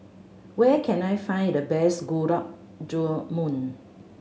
where can I find the best Gulab Jamun